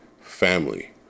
family